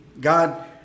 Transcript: God